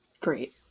great